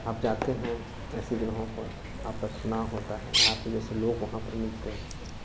आप जाते हैं ऐसी जगहों पर आप बचना होता है आप जैसे लोग वहाँ पर मिलते हैं